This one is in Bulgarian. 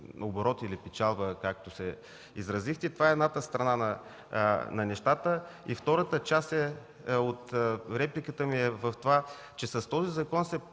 оборот или печалба, както се изразихте. Това е едната страна. Втората част от репликата ми е, че с този закон се